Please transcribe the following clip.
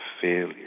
failure